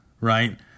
right